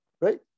right